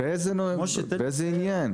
באיזה עניין?